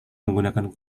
menggunakan